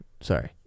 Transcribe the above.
Sorry